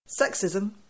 Sexism